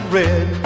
red